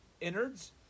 innards